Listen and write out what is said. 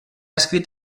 escrit